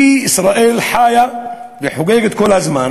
כי ישראל חיה וחוגגת כל הזמן